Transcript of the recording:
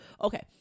Okay